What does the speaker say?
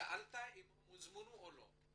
שאלת אם הם הוזמנו או לא.